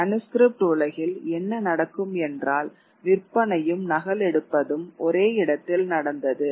manuscript உலகில் என்ன நடக்கும் என்றால் விற்பனையும் நகல்எடுப்பதும் ஒரே இடத்தில் நடந்தது